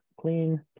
clean